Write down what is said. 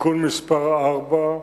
(תיקון מס' 4),